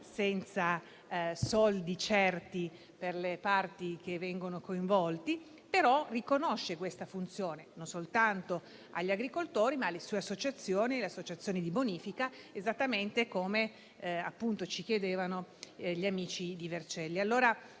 senza risorse certe per le parti che vengono coinvolte - ma riconosce questa funzione non soltanto agli agricoltori, ma alle associazioni di bonifica, esattamente come ci chiedevano gli amici di Vercelli.